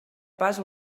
pas